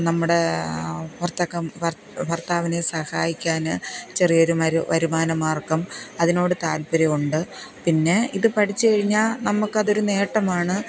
നമ്മുടെ ഭര്ത്താവിനെ സഹായിക്കാൻ ചെറിയൊരു വരുമാന മാര്ഗം അതിനോട് താല്പ്പര്യം ഉണ്ട് പിന്നെ ഇത് പഠിച്ച് കഴിഞ്ഞാൽ നമുക്ക് അതൊരു നേട്ടമാണ്